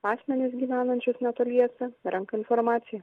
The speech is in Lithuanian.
asmenis gyvenančius netoliese renka informaciją